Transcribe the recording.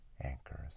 anchors